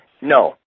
No